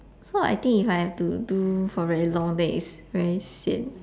so I think if I have to do for very long then is very sian